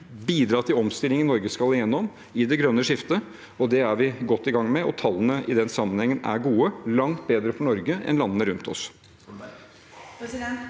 bidra til omstillingene Norge skal gjennom i det grønne skiftet. Det er vi godt i gang med, og tallene i den sammenheng er gode – langt bedre for Norge enn for landene rundt oss.